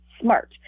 smart